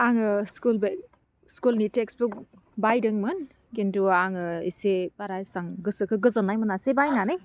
आङो school bag स्कुलनि text book बायदोंमोन खिन्थु आङो एसे बारा एसेबां गोसोखौ गोजोन्नाय मोनासै बायनानै